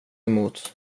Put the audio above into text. emot